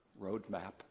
roadmap